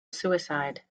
suicide